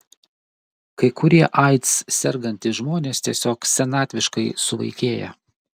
kai kurie aids sergantys žmonės tiesiog senatviškai suvaikėja